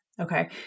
Okay